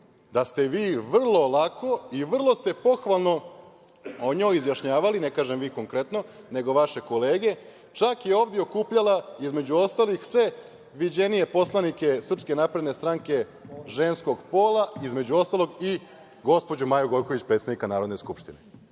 da ste vi vrlo lako i vrlo pohvalno se o njoj izjašnjavali, ne kažem vi konkretno, nego vaše kolege. Čak je ovde i okupljala, između ostalih, sve viđenije poslanike SNS ženskog pola, između ostalog i gospođu Maju Gojković, predsednika Narodne skupštine.